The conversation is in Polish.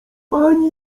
pani